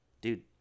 dude